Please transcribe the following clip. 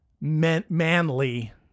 manly